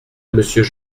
monsieur